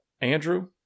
Andrew